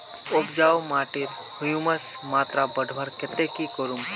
उपजाऊ माटिर ह्यूमस मात्रा बढ़वार केते की करूम?